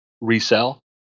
resell